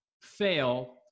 fail